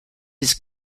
his